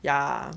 ya